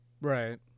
right